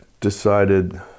decided